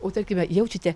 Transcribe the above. o tarkime jaučiate